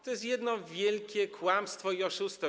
To jest jedno wielkie kłamstwo i oszustwo.